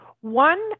one